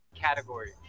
Category